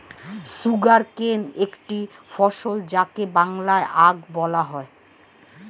sugarcane একটি ফসল যাকে বাংলায় আখ বলা হয়